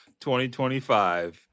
2025